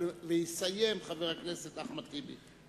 יסיים, חבר הכנסת אחמד טיבי.